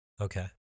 Okay